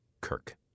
Kirk